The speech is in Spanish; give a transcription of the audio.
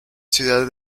ciudad